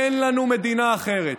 אין לנו מדינה אחרת.